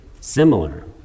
similar